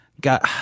God